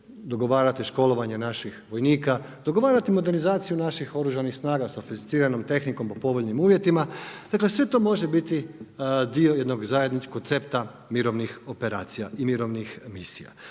dogovarati školovanje naših vojnika, dogovarati modernizaciju naših Oružanih snaga sofisticiranom tehnikom po povoljnim uvjetima. Dakle sve to može biti dio jednog zajedničkog koncepta mirovnih operacija i mirovnih misija.